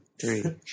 three